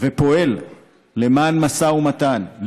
ופועל למען משא ומתן,